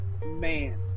Man